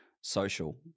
social